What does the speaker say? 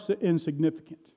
insignificant